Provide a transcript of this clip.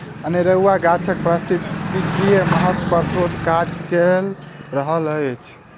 अनेरुआ गाछक पारिस्थितिकीय महत्व पर शोध काज चैल रहल अछि